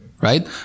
right